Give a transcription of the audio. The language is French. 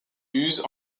use